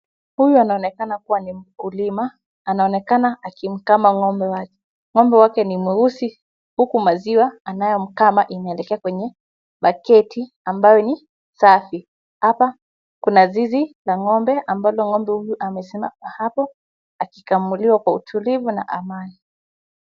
Huyu anaonekana kuwa ni mkulima. Anaonekana akimkama ng'ombe wake. Ng'ombe wake ni mweusi huku maziwa anayomkama yanaelekea kwenye baketi ambayo ni safi. Hapa kuna zizi la ng'ombe ambalo ng'ombe huyu amesimama hapo akikamuliwa kwa utulivu na amani.